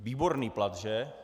Výborný plat, že?